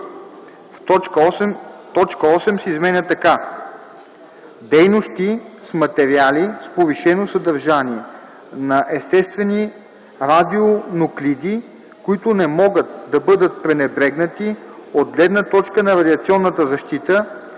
в) точка 8 се изменя така: „8. „Дейности с материали с повишено съдържание на естествени радионуклиди, които не могат да бъдат пренебрегнати от гледна точка на радиационната защита”